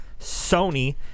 Sony